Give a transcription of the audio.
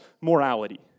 morality